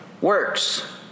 works